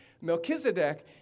Melchizedek